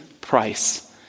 price